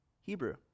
Hebrew